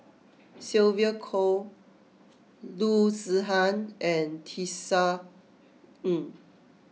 Sylvia Kho Loo Zihan and Tisa Ng